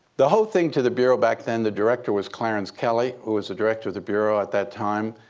the whole thing to the bureau back then, the director was clarence kelley, who was the director of the bureau at that time.